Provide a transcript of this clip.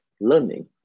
learning